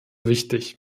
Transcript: wichtig